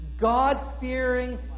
God-fearing